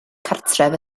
cartref